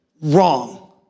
Wrong